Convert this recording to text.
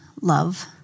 love